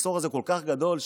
המחסור הזה כל כך גדול,